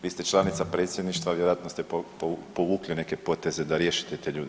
Vi ste članica Predsjedništva, vjerojatno ste povukli neke poteze da riješite te ljude.